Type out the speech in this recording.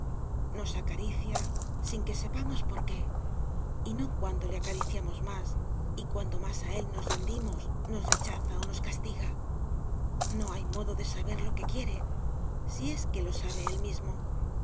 nos acaricia sin que sepamos por qué y no cuando le acariciamos más y cuando más a él nos rendimos nos rechaza o nos castiga no hay modo de saber lo que quiere si es que lo sabe él mismo